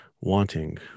wanting